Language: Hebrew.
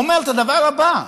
אומר את הדבר הבא.